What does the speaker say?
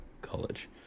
college